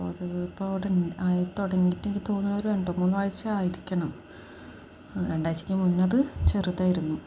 അത് ഇപ്പോഴവിടെ ആയിത്തുടടങ്ങിയിട്ടെനിക്ക് തോന്നുന്നച് ഒരു രണ്ടുമൂന്നാഴ്ച്ച ആയിരിക്കണം രണ്ടാഴ്ചയ്ക്കു മുന്നെയതു ചെറുതായിരുന്നു